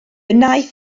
wnaeth